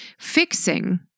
Fixing